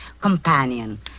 companion